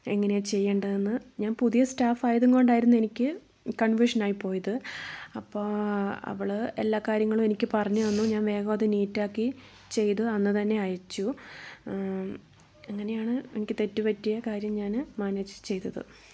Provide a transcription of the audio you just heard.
എങ്ങനെയാണ് ചെയ്യണ്ടതെന്ന് ഞാൻ പുതിയ സ്റ്റാഫ് ആയതും കൊണ്ടായിരുന്നു എനിക്ക് കൺഫ്യൂഷൻ ആയിപ്പോയത് അപ്പൊൾ അവള് എല്ലാ കാര്യങ്ങളും എനിക്ക് പറഞ്ഞു തന്നു ഞാൻ വേഗം അത് നീറ്റാക്കി ചെയ്തു അന്ന് തന്നെ അയച്ചു അങ്ങനെയാണ് എനിക്ക് തെറ്റ് പറ്റിയ കാര്യം ഞാൻ മാനേജ് ചെയ്തത്